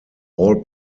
all